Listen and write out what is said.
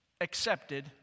accepted